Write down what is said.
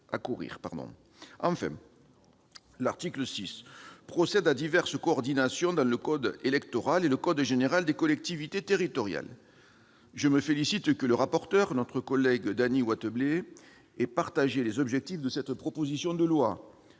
Enfin, l'article 6 procédait à diverses coordinations dans le code électoral et le code général des collectivités territoriales. Je me félicite de ce que M. le rapporteur, Dany Wattebled, ait partagé les objectifs de cette proposition de loi,